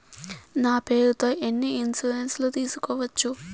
నా పేరుతో ఎన్ని ఇన్సూరెన్సులు సేసుకోవచ్చు?